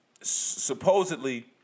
supposedly